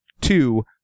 Two